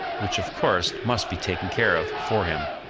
which of course must be taken care of for him.